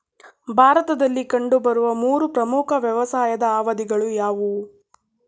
ಭಾರತದಲ್ಲಿ ಕಂಡುಬರುವ ಮೂರು ಪ್ರಮುಖ ವ್ಯವಸಾಯದ ಅವಧಿಗಳು ಯಾವುವು?